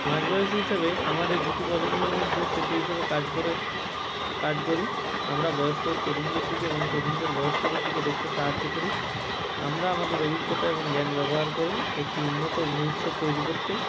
মাঝবয়সী হিসেবে আমার এই দুটি প্রজন্মের মধ্যে সেতু হিসাবে কাজ করে কাজ করি আমরা বয়স্কদের তরুণদের দিকে এবং তরুণদের বয়স্কদের দিকে দেখতে সাহায্য করি আমরা আমাদের অভিজ্ঞতা এবং জ্ঞান ব্যবহার করে একটি উন্নত ভবিষ্যৎ তৈরি করতে